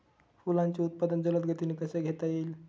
फुलांचे उत्पादन जलद गतीने कसे घेता येईल?